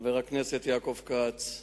חבר הכנסת יעקב כץ,